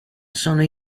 sono